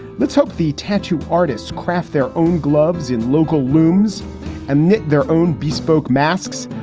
let's hope the tattoo artists craft their own gloves in local looms and knit their own bespoke masks,